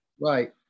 Right